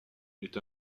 est